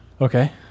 Okay